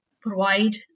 provide